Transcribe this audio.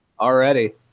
Already